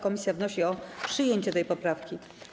Komisja wnosi o przyjęcie tej poprawki.